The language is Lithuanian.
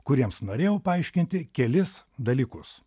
kuriems norėjau paaiškinti kelis dalykus